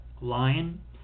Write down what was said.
Lion